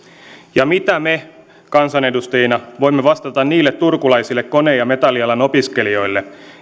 mitä me kansanedustajina voimme vastata niille turkulaisille kone ja metallialan opiskelijoille